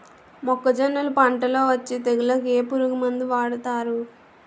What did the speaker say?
మొక్కజొన్నలు పంట లొ వచ్చే తెగులకి ఏ పురుగు మందు వాడతారు?